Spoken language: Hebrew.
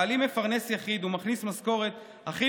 בעלי מפרנס יחיד ומכניס משכורת הכי